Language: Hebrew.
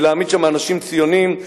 ולהעמיד שם אנשים ציונים,